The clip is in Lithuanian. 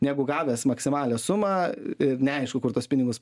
negu gavęs maksimalią sumą ir neaišku kur tuos pinigus